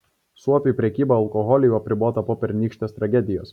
suopiui prekyba alkoholiu apribota po pernykštės tragedijos